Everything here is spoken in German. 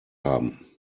haben